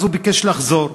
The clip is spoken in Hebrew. ואז הוא ביקש לחזור,